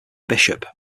bishop